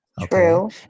True